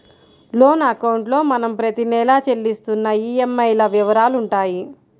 loan అకౌంట్లో మనం ప్రతి నెలా చెల్లిస్తున్న ఈఎంఐల వివరాలుంటాయి